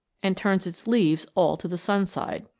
and turns its leaves all to the sun-side.